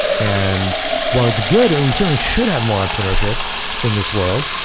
and while it's good and we certainly should have more entrepreneurship in this world,